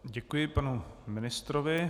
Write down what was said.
Děkuji panu ministrovi.